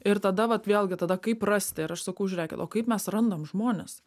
ir tada vat vėlgi tada kaip rasti ir aš sakau žiūrėkit o kaip mes randam žmones